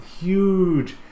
huge